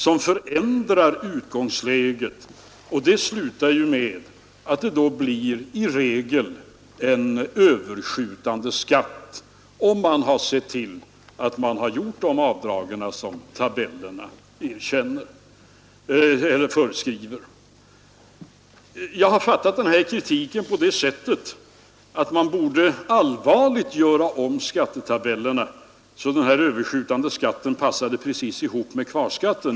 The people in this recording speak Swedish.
Det förändrar utgångsläget, och det slutar med att vederbörande i regel får en överskjutande skatt, om han har sett till att göra de avdrag som tabellerna föreskriver. Jag har fattat kritiken så att man önskar ändring av skattetabellerna på det sättet att den överskjutande skatten passade ihop precis med kvarskatten.